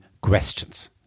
questions